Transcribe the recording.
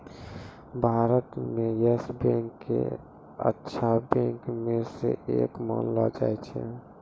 भारत म Yes Bank क अच्छा बैंक म स एक मानलो जाय छै